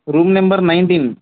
room number nineteen